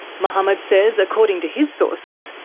mohammed says according to his sources,